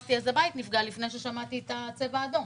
וחיפשתי איזה בית נפגע לפני ששמעתי את הצבע האדום.